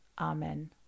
Amen